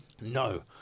No